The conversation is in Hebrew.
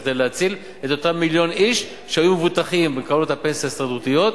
כדי להציל את אותם מיליון איש שהיו מבוטחים בקרנות הפנסיה ההסתדרותיות,